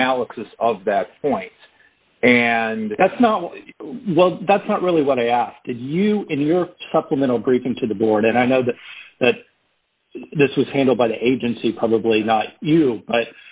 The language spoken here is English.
analysis of that point and that's not well that's not really what i asked to you in your supplemental briefing to the board and i know that this was handled by the agency probably not you but